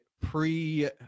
Pre